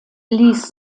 ließ